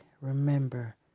remember